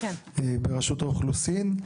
ברשות האוכלוסין,